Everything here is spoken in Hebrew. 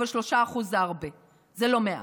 אבל 3% זה הרבה, זה לא מעט.